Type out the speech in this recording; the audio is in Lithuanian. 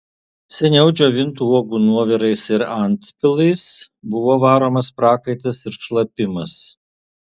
seniau džiovintų uogų nuovirais ir antpilais buvo varomas prakaitas ir šlapimas